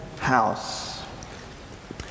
house